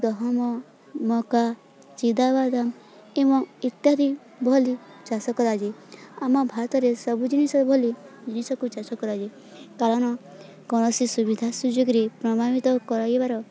ଗହମ ମକା ଚିନାବାଦାମ ଏବଂ ଇତ୍ୟାଦି ଭଳି ଚାଷ କରାଯାଏ ଆମ ଭାରତରେ ସବୁ ଜିନିଷ ଭଳି ଜିନିଷକୁ ଚାଷ କରାଯାଏ କାରଣ କୌଣସି ସୁବିଧା ସୁଯୋଗରେ ପ୍ରମାଣିତ କରାଇବାର